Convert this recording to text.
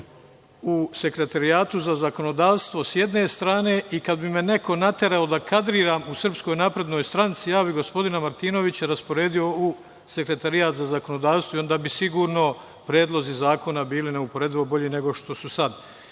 u Sekretarijatu za zakonodavstvo, s jedne strane, i kad bi me neko naterao da kadriram u Srpskoj naprednoj stranci, ja bih gospodina Martinovića rasporedio u Sekretarijat za zakonodavstvo i onda bi sigurno predlozi zakona bili neuporedivo bolji nego što su sada. Ima